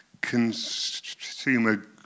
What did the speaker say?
consumer